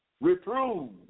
reprove